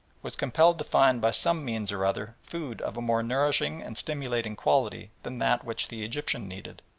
was compelled to find by some means or other food of a more nourishing and stimulating quality than that which the egyptian needed.